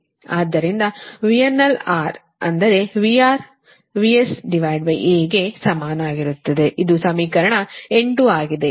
ಆದ್ದರಿಂದ VRNL ಅಂದರೆ VR VSAಗೆ ಸಮಾನವಾಗಿರುತ್ತದೆ ಇದು ಸಮೀಕರಣ 8 ಆಗಿದೆ